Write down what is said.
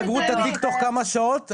סגרו את התיק תוך כמה שעות,